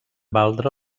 valdre